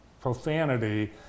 profanity